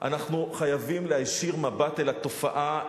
אנחנו חייבים להישיר מבט אל התופעה,